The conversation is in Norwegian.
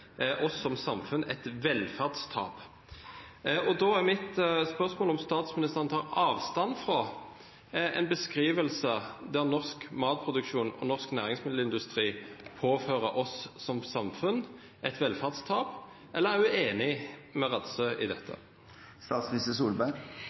som samfunn et velferdstap. Da er mitt spørsmål om statsministeren tar avstand fra en beskrivelse om at norsk matproduksjon og norsk næringsmiddelindustri påfører oss som samfunn et velferdstap, eller er hun enig med Rattsø i dette?